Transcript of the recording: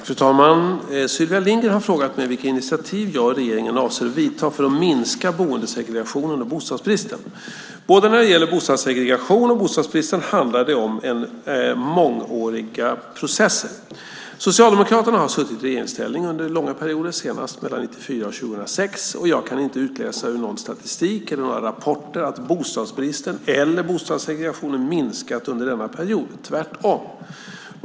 Fru talman! Sylvia Lindgren har frågat mig vilka initiativ jag och regeringen avser att ta för att minska boendesegregationen och bostadsbristen. Både när det gäller boendesegregationen och när det gäller bostadsbristen handlar det om mångåriga processer. Socialdemokraterna har varit i regeringsställning under långa perioder, senast 1994-2006, och jag kan inte utläsa av någon statistik eller några rapporter att bostadsbristen eller bostadssegregationen minskat under denna period, tvärtom.